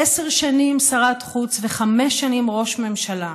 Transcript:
עשר שנים שרת חוץ וחמש שנים ראש ממשלה